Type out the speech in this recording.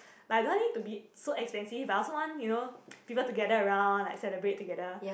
like I don't want it to be so expensive but I also want you know people to gather around like celebrate together